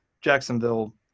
Jacksonville